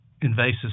invasive